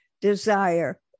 desire